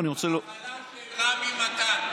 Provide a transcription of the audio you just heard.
אני רוצה, במחלה של רמי מתן.